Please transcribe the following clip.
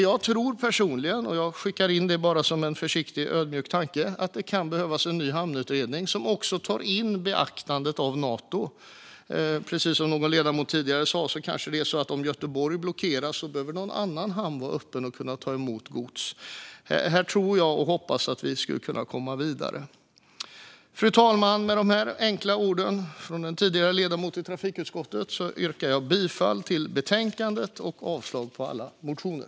Jag tror personligen - jag skickar in det som en försiktig och ödmjuk tanke - att det kan behövas en ny hamnutredning som också tar in beaktandet av Nato. Det är precis så som någon ledamot sa tidigare. Om Göteborg blockeras kanske någon annan hamn behöver vara öppen för att ta emot gods. Här tror och hoppas jag att vi kan komma vidare. Fru talman! Detta var några enkla ord från en tidigare ledamot i trafikutskottet. Jag yrkar bifall till utskottets förslag i betänkandet och avslag på alla motioner.